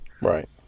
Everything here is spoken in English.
Right